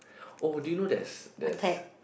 oh do you know there's there's